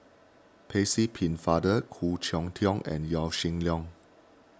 Percy Pennefather Khoo Cheng Tiong and Yaw Shin Leong